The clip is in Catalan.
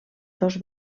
dos